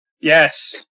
Yes